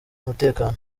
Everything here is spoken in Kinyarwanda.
umutekano